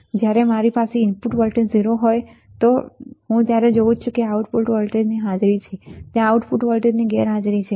કે જ્યારે મારી પાસે ઇનપુટ વોલ્ટેજ 0 બરાબર 0 બરાબર છે ત્યારે હું જોઉં છું કે આઉટપુટ વોલ્ટેજની હાજરી છે ત્યાં આઉટપુટ વોલ્ટેજની હાજરી છે